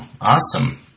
awesome